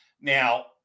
now